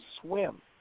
swim